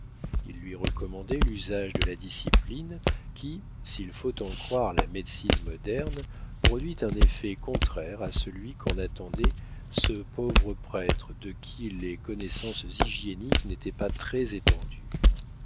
il lui recommandait l'usage de la discipline qui s'il faut en croire la médecine moderne produit un effet contraire à celui qu'en attendait ce pauvre prêtre de qui les connaissances hygiéniques n'étaient pas très étendues